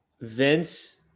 Vince